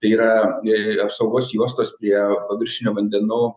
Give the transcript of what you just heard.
tai yra apsaugos juostos prie paviršinių vandenų